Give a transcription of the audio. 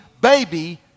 baby